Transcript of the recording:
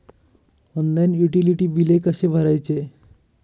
Online utility बिले कसे भरायचे?